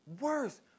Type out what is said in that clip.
Worse